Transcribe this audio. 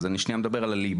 אז אני מדבר על הלהיבחר.